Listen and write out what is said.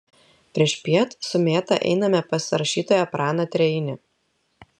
priešpiet su mėta einame pas rašytoją praną treinį